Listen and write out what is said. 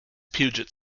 puget